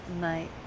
night